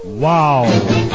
Wow